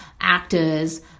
actors